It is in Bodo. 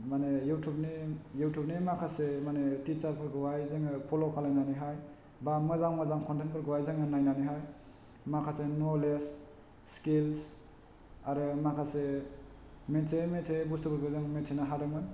माने इउटुबनि माखासे माने थिसारफोरखौहाय जोङो फल' खालामनानैहाय बा मोजां मोजां कन्टेनफोरखौहाय जोङो नायनानैहाय माखासे नलेज सिकिलस् आरो माखासे मिथियै मिथियै बुस्थुफोरखौ मिथिनो हादोंमोन